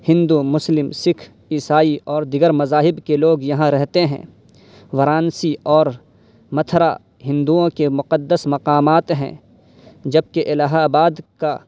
ہندو مسلم سکھ عیسائی اور دیگر مذاہب کے لوگ یہاں رہتے ہیں ورانسی اور متھرا ہندوؤں کے مقدس مقامات ہیں جبکہ الہ آباد کا